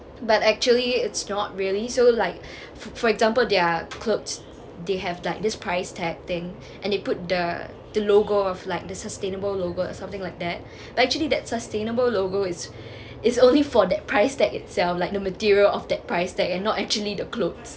but actually it's not really so like for for example their clothes they have like this price tag thing and they put the the logo of like the sustainable logo or something like that but actually that sustainable logo is is only for that price tag itself like the material of that price tag and not actually the clothes